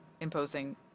imposing